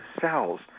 cells